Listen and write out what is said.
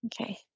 okay